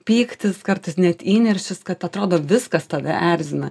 pyktis kartais net įniršis kad atrodo viskas tave erzina